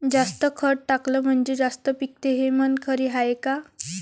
जास्त खत टाकलं म्हनजे जास्त पिकते हे म्हन खरी हाये का?